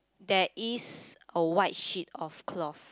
there is a white sheet of cloth